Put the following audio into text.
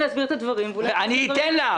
הוא אמר: